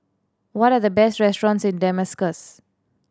what are the best restaurants in Damascus